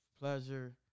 pleasure